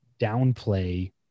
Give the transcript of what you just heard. downplay